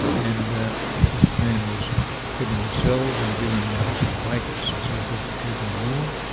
and this man was put in the cells and given some blankets and so forth to keep him warm,